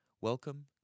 welcome